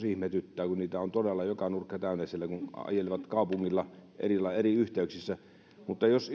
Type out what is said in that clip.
ihmetyttää kun niitä on todella joka nurkka täynnä siellä kun ajelevat kaupungilla eri eri yhteyksissä mutta jos